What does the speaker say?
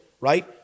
Right